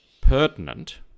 pertinent